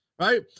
right